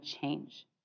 change